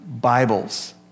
Bibles